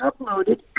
uploaded